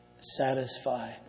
satisfy